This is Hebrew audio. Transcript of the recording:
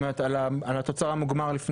על התוצר המוגמר?